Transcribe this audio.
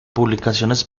publicaciones